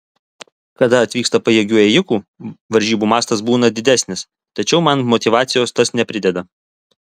kada atvyksta pajėgių ėjikų varžybų mastas būna didesnis tačiau man motyvacijos tas neprideda